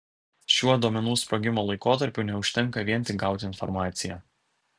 šiuo duomenų sprogimo laikotarpiu neužtenka vien tik gauti informaciją